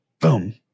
boom